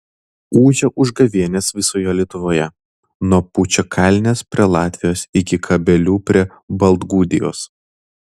ūžia užgavėnės visoje lietuvoje nuo pučiakalnės prie latvijos iki kabelių prie baltgudijos